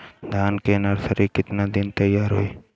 धान के नर्सरी कितना दिन में तैयार होई?